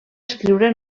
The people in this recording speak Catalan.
escriure